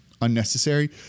unnecessary